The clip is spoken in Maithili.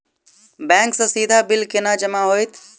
बैंक सँ सीधा बिल केना जमा होइत?